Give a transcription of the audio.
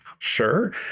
Sure